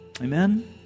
Amen